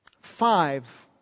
Five